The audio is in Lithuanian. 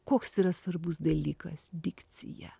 koks yra svarbus dalykas dikcija